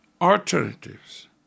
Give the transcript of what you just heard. alternatives